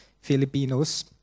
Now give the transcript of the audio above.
Filipinos